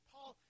Paul